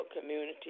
Community